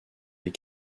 des